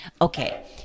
okay